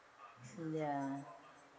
ya